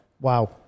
wow